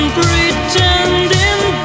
pretending